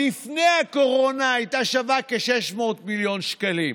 לפני הקורונה, הייתה שווה כ-600 מיליון שקלים.